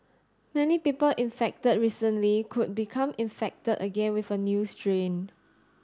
many people infected recently could become infected again with a new strain